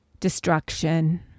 destruction